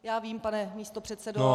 Já vím, pane místopředsedo.